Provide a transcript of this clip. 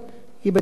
היא בתשלום.